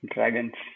Dragons